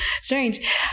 strange